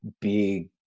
big